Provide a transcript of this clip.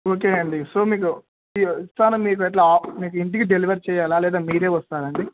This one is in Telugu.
ఓకే అండి సో మీకు స్తానం మీకు ఎట్లా మీకు ఇంటికి డెలివర్ చేయ్యాలా లేదా మీరే వస్తారండి